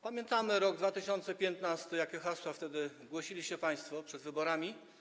Pamiętamy rok 2015, jakie hasła wtedy głosiliście państwo przed wyborami.